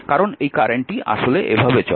কারণ এই কারেন্টটি আসলে এভাবে চলে